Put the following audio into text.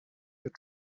your